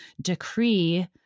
decree